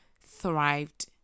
thrived